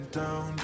down